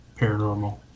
paranormal